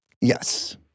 Yes